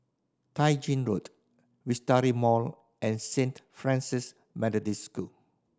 Tai Gin Road Wisteria Mall and Saint Francis Methodist School